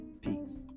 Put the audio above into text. peace